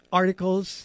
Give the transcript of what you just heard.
articles